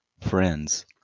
Friends